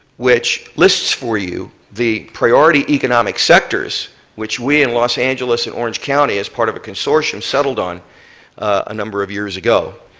which lists for you the priority economic sectors which we in los angeles and orange county as part of a consortium settled on a number of years ago.